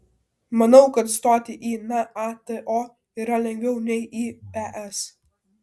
manau kad stoti į nato yra lengviau nei į es